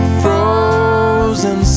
frozen